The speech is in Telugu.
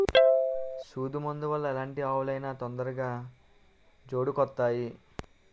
సూదు మందు వల్ల ఎలాంటి ఆవులు అయినా తొందరగా జోడుకొత్తాయి